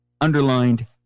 underlined